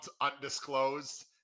undisclosed